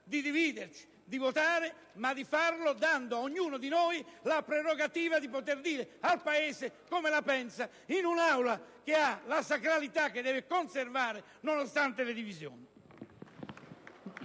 dividerci, votare, ma di farlo dando ad ognuno di noi la prerogativa di poter dire al Paese come la pensa in un'Aula che ha la sacralità che deve conservare nonostante le divisioni.